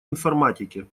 информатике